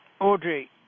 Audrey